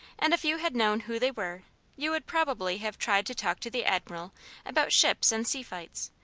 and if you had known who they were you would probably have tried to talk to the admiral about ships and sea-fights,